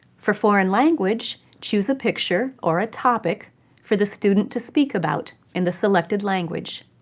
for foreign language, choose a picture or a topic for the student to speak about in the selected language.